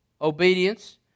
obedience